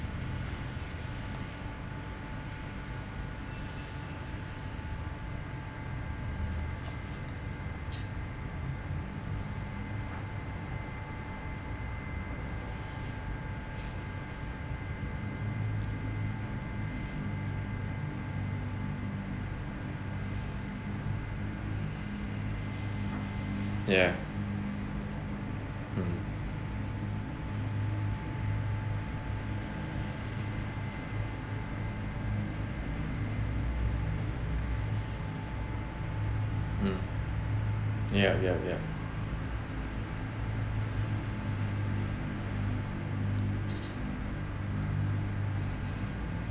ya hmm mm yup yup yup